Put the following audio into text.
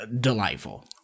delightful